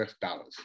dollars